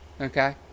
Okay